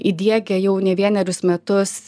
įdiegę jau ne vienerius metus